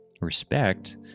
respect